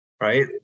right